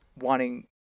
wanting